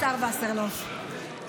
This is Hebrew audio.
השר וסרלאוף,